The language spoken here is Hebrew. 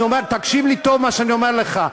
תקשיב טוב מה אני אומר לך,